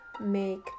make